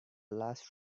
last